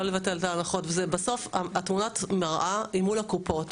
לא לבטל את ההנחות בסוף תמונת המראה היא מול הקופות,